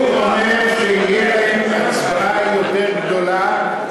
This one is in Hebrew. הוא אומר שתהיה להם הצבעה יותר גדולה,